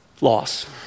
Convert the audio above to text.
loss